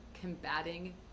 combating